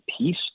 peace